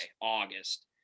August